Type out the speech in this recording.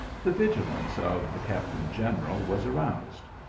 the vigilance of the captain-general was aroused.